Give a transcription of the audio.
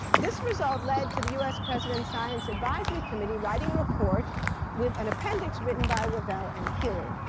this result led to the us president science advisory committee writing a report with an appendix written by revelle and keeling,